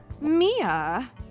Mia